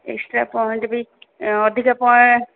extra point ବି ଅଧିକା point